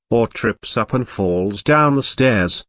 or trips up and falls down the stairs,